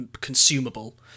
consumable